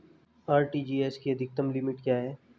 RTGS की अधिकतम limit क्या है?